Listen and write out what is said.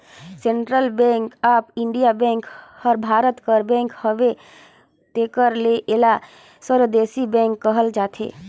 central bank of India bank हर भारत कर बेंक हवे तेकर ले एला स्वदेसी बेंक कहल जाथे